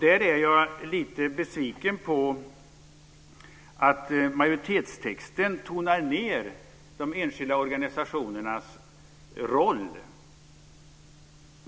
Där är jag lite besviken på att man i majoritetstexten tonar ned de enskilda organisationernas roll.